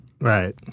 Right